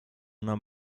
una